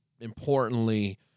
importantly